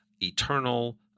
Eternal